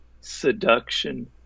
Seduction